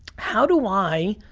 how do i,